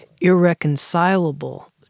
irreconcilable